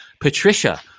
Patricia